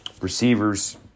receivers